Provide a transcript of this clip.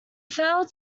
failed